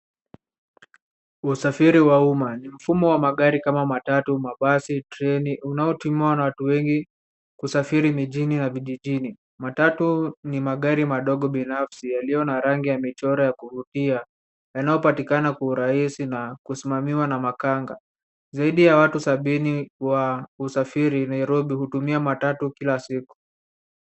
Usafiri wa uma. Ni mfumo wa magari kama matatu, basi, treni unaotumiwa na watu wengi kusafiri mijini na vijijini. Matatu ni magari madogo binafsi yaliyo na rangi ya michoro ya kuvutia yanayopatikana kwa urahisi na kusimamiwa na makanga. Zaidi ya watu sabini wa usafiri Nairobi hutumia matatu kila siku.